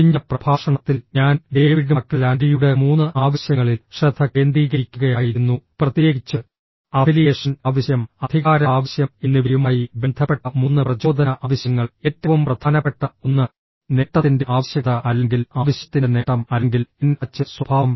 കഴിഞ്ഞ പ്രഭാഷണത്തിൽ ഞാൻ ഡേവിഡ് മക്ലെലാൻഡിയുടെ 3 ആവശ്യങ്ങളിൽ ശ്രദ്ധ കേന്ദ്രീകരിക്കുകയായിരുന്നു പ്രത്യേകിച്ച് അഫിലിയേഷൻ ആവശ്യം അധികാര ആവശ്യം എന്നിവയുമായി ബന്ധപ്പെട്ട മൂന്ന് പ്രചോദന ആവശ്യങ്ങൾ ഏറ്റവും പ്രധാനപ്പെട്ട ഒന്ന് നേട്ടത്തിൻ്റെ ആവശ്യകത അല്ലെങ്കിൽ ആവശ്യത്തിൻ്റെ നേട്ടം അല്ലെങ്കിൽ എൻ ആച്ച് സ്വഭാവം